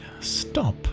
Stop